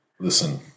Listen